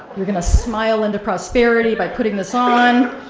you're gonna smile into prosperity by putting this ah on.